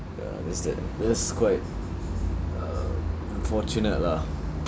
ya that's that that's quite um unfortunate lah